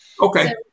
Okay